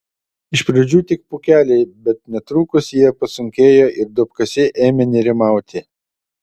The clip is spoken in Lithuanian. iš pradžių tik pūkeliai bet netrukus jie pasunkėjo ir duobkasiai ėmė nerimauti